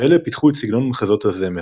ואלה פיתחו את סגנון מחזות הזמר.